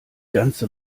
ganze